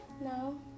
no